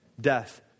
death